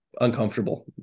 uncomfortable